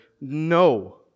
no